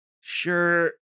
Sure